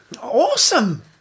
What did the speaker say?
Awesome